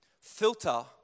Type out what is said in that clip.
Filter